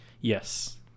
Yes